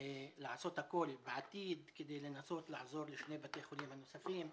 לעשות הכול בעתיד כדי לנסות לעזור לשני בתי החולים הנוספים,